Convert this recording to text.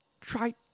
try